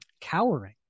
cowering